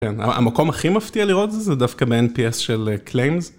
המקום הכי מפתיע לראות זה, זה דווקא ב-NPS של Claims.